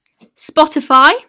Spotify